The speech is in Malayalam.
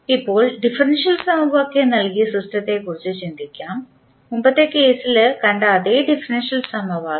ഇപ്പോൾ ഡിഫറൻഷ്യൽ സമവാക്യം നൽകിയ സിസ്റ്റത്തെക്കുറിച്ച് ചിന്തിക്കാം മുമ്പത്തെ കേസിൽ കണ്ട അതേ ഡിഫറൻഷ്യൽ സമവാക്യം